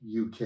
UK